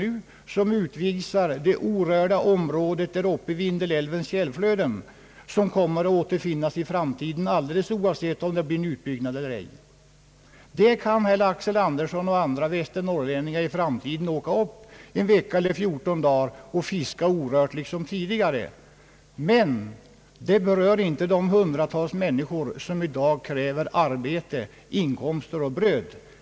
Kartan utvisar de orörda områden som i framtiden kommer att återfinnas vid Vindelälvens källflöden alldeles oavsett om det blir en utbyggnad eller ej. Dit kan herr Axel Andersson och andra västernorrlänningar åka en vecka eller fjorton dagar för att fiska i orörd natur liksom tidigare. Det berör dock inte de hundratals människor som i dag kräver arbete, inkomster och bröd.